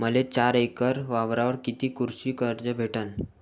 मले चार एकर वावरावर कितीक कृषी कर्ज भेटन?